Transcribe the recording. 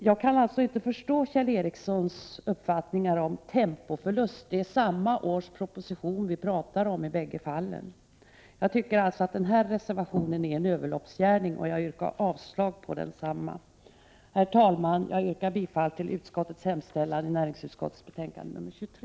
Jag kan således inte förstå Kjell Ericssons uppfattning om tempoförlust. Det är samma års proposition vi talar om i båda fallen. Jag tycker därför att denna reservation är en överloppsgärning, och jag yrkar avslag på densamma. Herr talman! Jag yrkar bifall till utskottets hemställan i näringsutskottets betänkande nr 23.